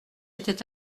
était